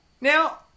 Now